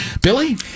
Billy